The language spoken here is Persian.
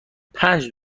پنج